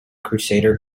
crusader